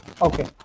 Okay